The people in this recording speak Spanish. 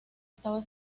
estaba